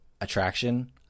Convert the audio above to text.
attraction